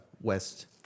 West